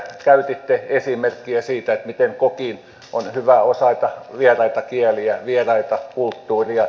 käytitte esimerkkiä siitä miten kokin on hyvä osata vieraita kieliä vieraita kulttuureja